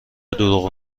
دروغ